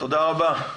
תודה רבה.